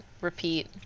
repeat